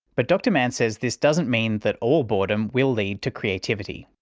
but dr mann says this doesn't mean that all boredom will lead to creativity.